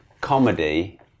comedy